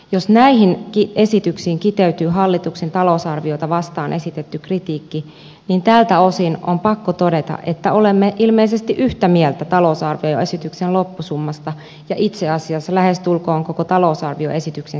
jos näihin esityksiin kiteytyy hallituksen talousarviota vastaan esitetty kritiikki niin tältä osin on pakko todeta että olemme ilmeisesti yhtä mieltä talousarvioesityksen loppusummasta ja itse asiassa lähestulkoon koko talousarvioesityksen sisällöstä